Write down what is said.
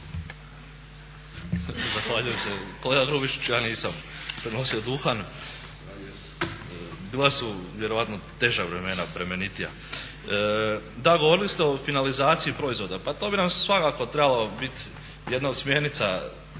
Zahvaljujem se. Kolega Grubišić ja nisam nosio duhan, bila su vjerojatno teža vremena, bremenitija. Da, govorili ste o finalizaciji proizvoda. Pa to bi nam svakako trebala biti jedna od smjernica